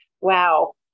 Wow